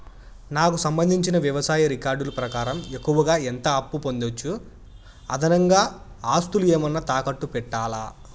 నాకు సంబంధించిన వ్యవసాయ రికార్డులు ప్రకారం ఎక్కువగా ఎంత అప్పు పొందొచ్చు, అదనంగా ఆస్తులు ఏమన్నా తాకట్టు పెట్టాలా?